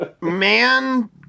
man